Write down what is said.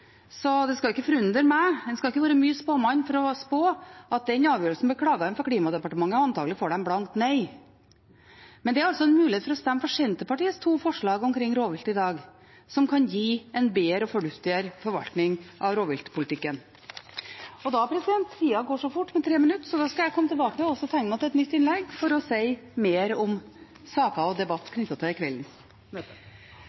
Så det skal ikke forundre meg om den avgjørelsen blir klaget inn for Klimadepartementet, en skal ikke være mye til spåmann for å spå det, og antakelig får man blankt nei. Men det er i dag mulighet for å stemme for Senterpartiets to forslag om rovvilt, som kan gi en bedre og fornuftigere forvaltning av rovviltpolitikken. Tida går så fort med tre minutter. Da skal også jeg komme tilbake og tegne meg til et nytt innlegg for å si mer om saker og debatt